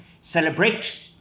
celebrate